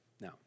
Now